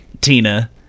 Tina